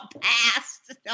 passed